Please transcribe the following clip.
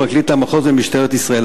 פרקליט המחוז ומשטרת ישראל.